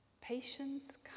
patience